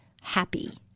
happy